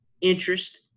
interest